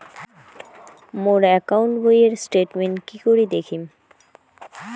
মোর account বইয়ের statement কি করি দেখিম?